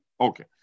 okay